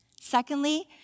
Secondly